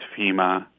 FEMA